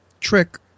trick